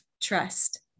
trust